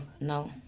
no